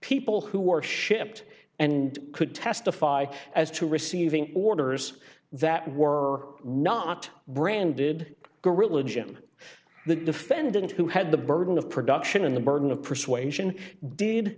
people who were shipped and could testify as to receiving orders that were not branded gorilla jim the defendant who had the burden of production and the burden of persuasion did